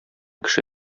кеше